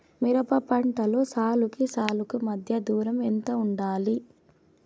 మిరప పంటలో సాలుకి సాలుకీ మధ్య దూరం ఎంత వుండాలి?